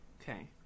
Okay